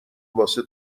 واسه